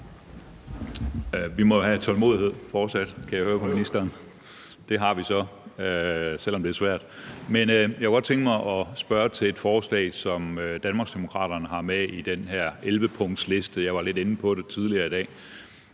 må have tålmodighed, og det har vi så, selv om det er svært. Jeg kunne godt tænke mig spørge til et forslag, som Danmarksdemokraterne har med på den her 11-punktsliste, og som jeg var lidt inde på tidligere i dag.